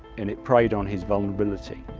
and it preyed on his vulnerability.